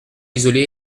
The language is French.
isolé